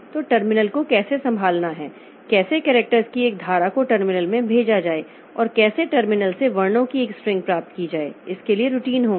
तो टर्मिनल को कैसे संभालना है कैसे करेक्टर्स की एक धारा को टर्मिनल में भेजा जाए और कैसे टर्मिनल से वर्णों की एक स्ट्रिंग प्राप्त की जाए इसके लिए रूटीन होंगे